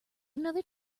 another